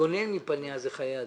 להתגונן מפניה, אלה חיי אדם.